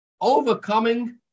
Overcoming